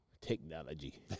technology